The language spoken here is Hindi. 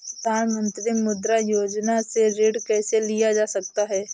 प्रधानमंत्री मुद्रा योजना से ऋण कैसे लिया जा सकता है?